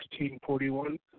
1641